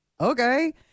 okay